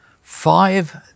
five